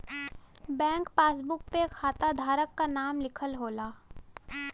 bank passbook पे खाता धारक क नाम लिखल होला